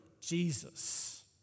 Jesus